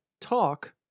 TALK